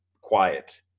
quiet